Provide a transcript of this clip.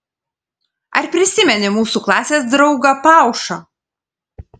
ar prisimeni mūsų klasės draugą paušą